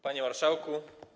Panie Marszałku!